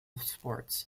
sports